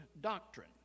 doctrine